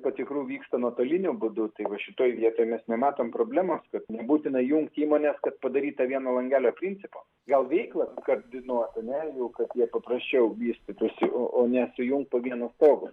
patikrų vyksta nuotoliniu būdu tai va šitoje vietoj mes nematom problemos kad nebūtina jų įmonės kad padaryt tą vieno langelio principą gal veiklą sukoordinuot ane kad jie paprasčiau vystytųsi o nesujungt po vienu stogu